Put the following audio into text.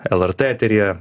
lrt eteryje